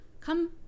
Come